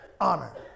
honor